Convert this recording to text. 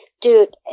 Dude